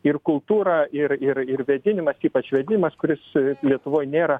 ir kultūra ir ir ir vėdinimas ypač vėdinimas kuris lietuvoj nėra